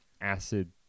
Acid